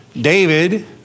David